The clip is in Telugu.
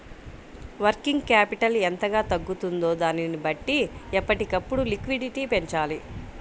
వర్కింగ్ క్యాపిటల్ ఎంతగా తగ్గుతుందో దానిని బట్టి ఎప్పటికప్పుడు లిక్విడిటీ పెంచాలి